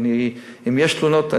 אם יש תלונות,